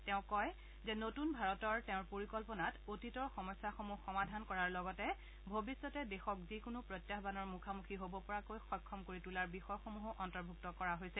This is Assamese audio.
তেওঁ কয় যে নতূন ভাৰতৰ তেওঁৰ পৰিকল্পনাত অতীতৰ সমস্যাসমূহ সমাধান কৰাৰ লগতে ভৱিষ্যতে দেশক যিকোনো প্ৰত্যায়ানৰ মুখামুখি হ'ব পৰাকৈ সক্ষম কৰি তোলাৰ বিষয়সমূহো অন্তৰ্ভুক্ত কৰা হৈছে